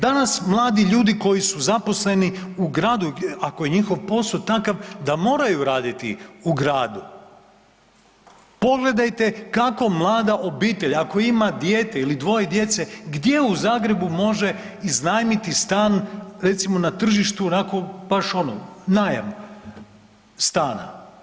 Danas mladi ljudi koji su zaposleni u gradu ako je njihov posao takav da moraju raditi u gradu, pogledajte kako mlada obitelj ako ima dijete ili dvoje djece gdje u Zagrebu može iznajmiti stan recimo na tržištu onako baš ono najam stana.